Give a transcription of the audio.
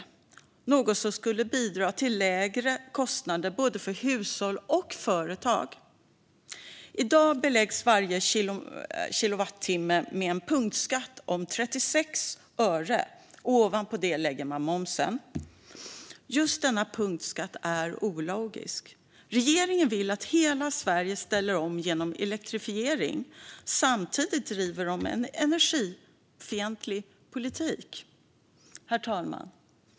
Det är något som skulle bidra till lägre kostnader för både hushåll och företag. I dag beläggs varje kilowattimme med en punktskatt om 36 öre. Ovanpå detta läggs moms. Just denna punktskatt är ologisk. Regeringen vill att hela Sverige ställer om genom elektrifiering, men samtidigt driver man en energifientlig politik. Herr talman!